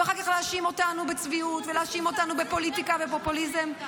ואחר כך להאשים אותנו בצביעות ולהאשים אותנו בפוליטיקה ובפופוליזם?